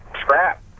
scrap